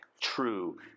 true